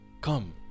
Come